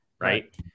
right